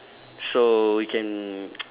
so we can